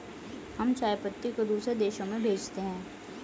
हम चाय पत्ती को दूसरे देशों में भेजते हैं